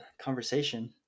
conversation